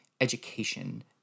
education